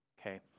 okay